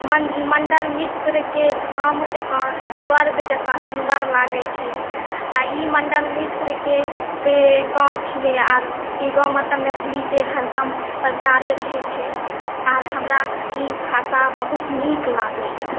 मण्डन मिश्रके धाम जकाँ स्वर्ग जकाँ सुन्दर लागैत छै आओर ई मण्डन मिश्रके तऽ गाँव छियै आओर ई गाँवमे तऽ मैथिलीके हरदम प्रचारे रहैत छै आओर हमरा ई भाषा बहुत नीक लागैए